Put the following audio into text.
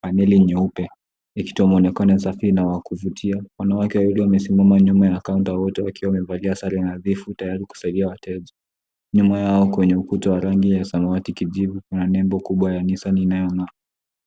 paneli nyeupe yakionekana safi na wa kuvutia. wanawake wawili wamesimama nyuma ya kaunta wote wakiwa wamevalia sare nadhifu tayari kusaidia wateja. Nyuma yao kwenye ukuta wa rangi ya samawati kijivu kuna Nembo kubwa ya NIssan inayoonekana.